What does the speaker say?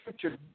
future